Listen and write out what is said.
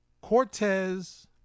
Cortez